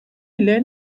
ile